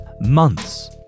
Months